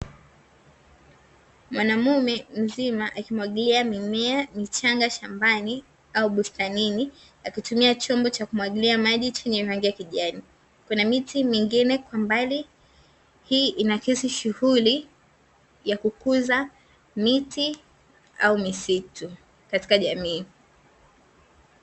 Mwanamume mzima akimwagilia mimea michanga shambani au bustanini, akitumia chombo cha kumwagilia maji chenye rangi ya kijani. Kuna miti mingine kwa mbali, hii inaakisi shughuli ya kukuza miti au misitu katika jamii.